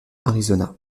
arizona